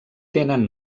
tenen